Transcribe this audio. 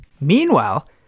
meanwhile